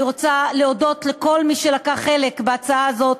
אני רוצה להודות לכל מי שלקח חלק בהצעה הזאת,